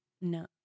No